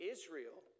Israel